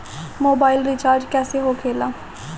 Mobile recharge कैसे होखे ला?